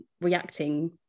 reacting